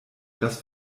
das